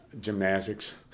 Gymnastics